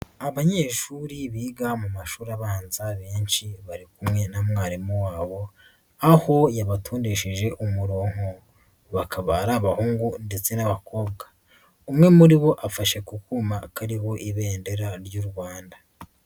Abanyeshuri biga mu mashuri abanza benshi bari kumwe na mwarimu wabo, aho yabatondesheje umurongo. Bakaba ari abahungu ndetse n'abakobwa. Umwe muri bo afashe ku kuma kariho ibendera ry'U Rwanda.